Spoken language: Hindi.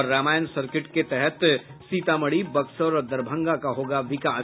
और रामायण सर्किट के तहत सीतामढ़ी बक्सर और दरभंगा का होगा विकास